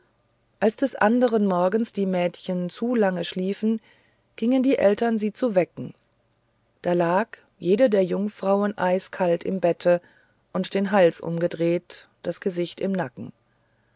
als des anderen morgens die mädchen zu lange schliefen gingen die eltern sie zu wecken da lag jede der jungfrauen eiskalt im bette und den hals umgedreht das gesicht im nacken